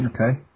Okay